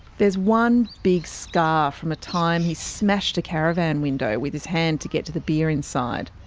there's one big scar from a time he smashed a caravan window with his hand to get to the beer inside.